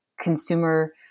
consumer